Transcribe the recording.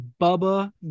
Bubba